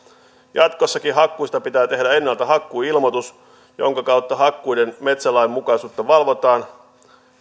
jatkossakin hakkuista pitää tehdä ennalta hakkuuilmoitus jonka kautta hakkuiden metsälainmukaisuutta valvotaan